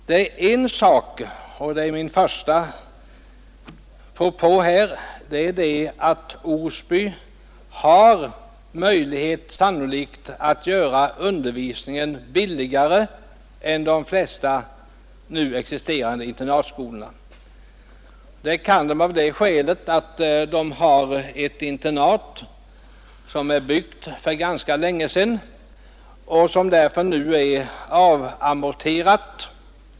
Min första punkt är att Osby internatläroverk sannolikt har möjligheter att göra undervisningen billigare än de flesta nu existerande internatskolor, av det skälet att man där har ett internat som är byggt för ganska länge sedan och som därför nu är avamorterat.